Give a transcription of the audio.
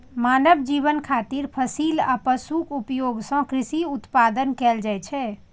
मानव जीवन खातिर फसिल आ पशुक उपयोग सं कृषि उत्पादन कैल जाइ छै